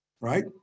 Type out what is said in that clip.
right